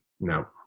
No